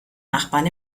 nachbarn